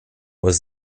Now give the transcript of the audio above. was